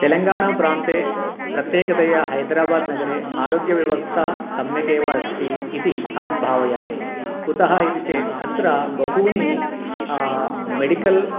तेलङ्गाणाप्रान्ते प्रत्येकतया हैद्राबाद् नगरे आरोग्यव्यवस्था सम्यगेव अस्ति इति अहं भावयामि कुतः इति चेत् अत्र बहूनि मेडिकल्